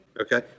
okay